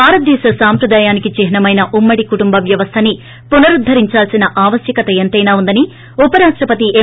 భారతదేశ సాంప్రదాయానికి చిహ్నమైన ఉమ్మడి కుటుంబ వ్యవస్తని పునరుద్గరించాల్సిన ఆవశ్యకత ఎంతైనా ఉందని ఉపరాష్ణపతి ఎం